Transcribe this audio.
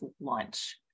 lunch